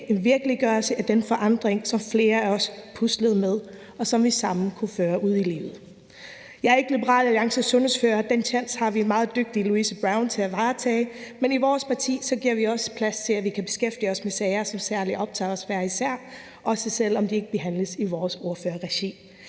en virkeliggørelse af den forandring, som flere af os puslede med, og som vi sammen kunne føre ud i livet. Jeg er ikke Liberal Alliances sundhedsordfører; den tjans har vi meget dygtige Louise Brown til at varetage, men i vores parti giver vi også plads til, at vi kan beskæftige os med sager, som optager os særligt hver især, også selv om de ikke behandles i regi af vores ordførerskaber.